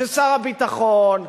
ששר הביטחון,